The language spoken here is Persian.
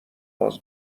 باز